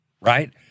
right